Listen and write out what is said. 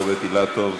רוברט אילטוב,